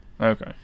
Okay